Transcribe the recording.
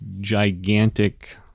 gigantic